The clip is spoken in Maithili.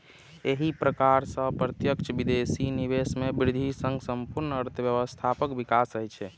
एहि प्रकार सं प्रत्यक्ष विदेशी निवेश मे वृद्धि सं संपूर्ण अर्थव्यवस्थाक विकास होइ छै